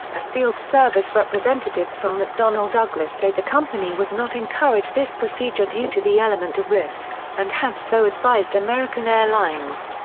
ah field service representative from mcdonnell-douglas said the company would not encourage this procedure due to the element of risk and had so advised american airlines.